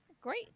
great